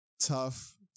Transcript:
Tough